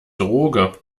droge